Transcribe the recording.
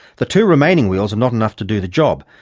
the two remaining wheels are not enough to do the job,